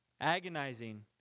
Agonizing